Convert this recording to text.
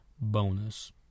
Bonus